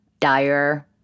dire